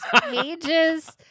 pages